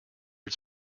its